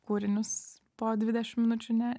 kūrinius po dvidešim minučių ne